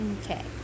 Okay